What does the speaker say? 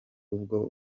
ubwo